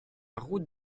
route